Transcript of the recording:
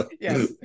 yes